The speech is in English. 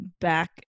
back